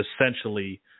essentially